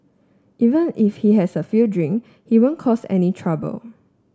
even if he has a few drink he won't cause any trouble